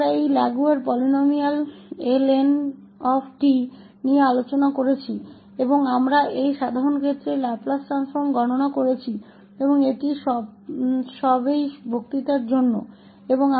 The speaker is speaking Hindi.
हमने इस लैगुएरे पोलीनोमियल्स Ln𝑡 पर भी चर्चा की है और हमने इस सामान्य मामले के लिए इसके लाप्लास ट्रांसफॉर्म की गणना की है और यह सब है इस व्याख्यान के लिए